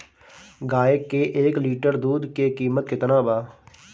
गाए के एक लीटर दूध के कीमत केतना बा?